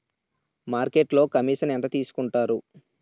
మార్కెట్లో కమిషన్ ఎంత తీసుకొంటారు?